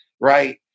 right